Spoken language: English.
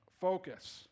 focus